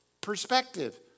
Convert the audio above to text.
perspective